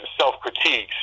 self-critiques